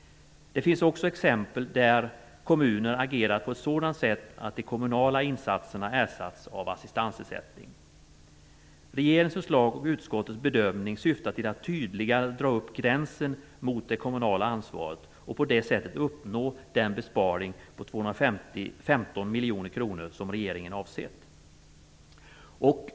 Det finns också exempel på att kommuner har ersatt kommunala insatser med assistansersättning. Regeringens förslag och utskottets bedömning syftar till att tydligare dra upp gränsen mot det kommunala ansvaret och på det sättet uppnå den besparing på 215 miljoner kronor som regeringen avsett.